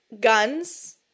Guns